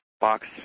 box